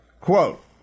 Quote